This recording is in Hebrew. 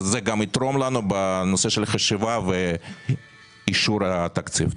זה גם יתרום לנו בנושא של חשיבה ואישור התקציב.